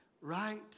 right